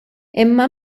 imma